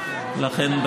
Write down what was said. לכן,